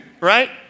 right